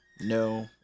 no